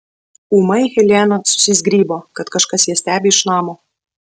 ūmai helena susizgribo kad kažkas ją stebi iš namo